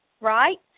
right